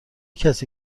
کسی